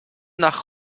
nach